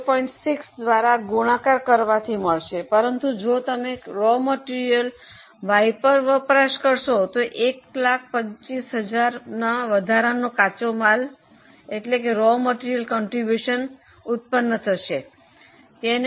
6 દ્વારા ગુણાકાર કરવાથી મળશે પરંતુ જો તમે કાચો માલ Y પર વપરાશ કરશો તો 125000 વધારાનો કાચો માલ ફાળો ઉત્પન્ન થશે તેને 1